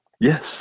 Yes